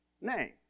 name